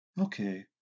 Okay